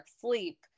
Sleep